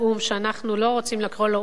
שאנחנו לא רוצים לקרוא לו "או"ם שמום",